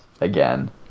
again